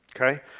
Okay